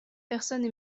personnes